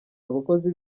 abakozi